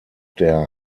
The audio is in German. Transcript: der